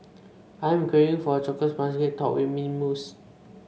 I am craving for a chocolate sponge cake topped with mint mousse